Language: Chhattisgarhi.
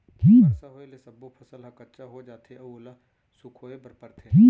बरसा होए ले सब्बो फसल ह कच्चा हो जाथे अउ ओला सुखोए बर परथे